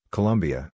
Colombia